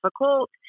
difficult